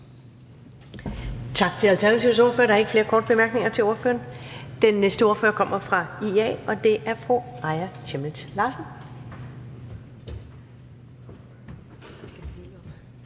Tak til Alternativets ordfører. Der er ikke flere korte bemærkninger til ordføreren. Den næste ordfører kommer fra IA, og det er fru Aaja Chemnitz Larsen.